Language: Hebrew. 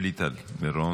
תודה רבה, גברתי.